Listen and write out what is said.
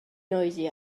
noisy